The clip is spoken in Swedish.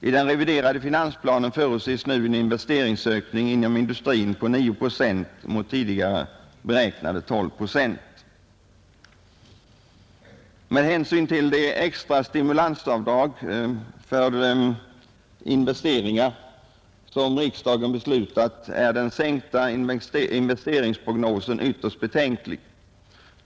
I den reviderade finansplanen förutses nu en investeringsökning inom industrin på 9 procent mot tidigare beräknade 12 procent. Med hänsyn till det extra stimulansavdrag för investeringar som riksdagen beslutat är den sänkta investeringsprognosen ytterst betänklig.